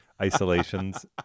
isolations